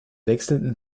wechselnden